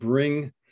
Bring